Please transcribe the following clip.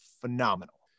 phenomenal